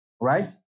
right